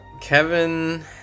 Kevin